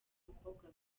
mukobwa